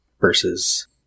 versus